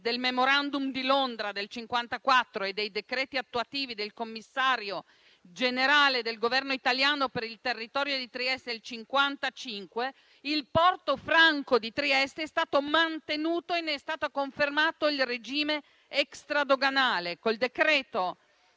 del *Memorandum* di Londra del 1954 e dei decreti attuativi del commissario generale del Governo italiano per il territorio di Trieste del 1955, il porto franco di Trieste è stato mantenuto e ne è stato confermato il regime extradoganale. Con il decreto